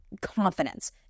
confidence